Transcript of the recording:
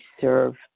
serve